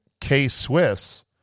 K-Swiss